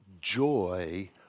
Joy